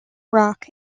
rock